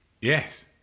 Yes